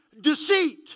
Deceit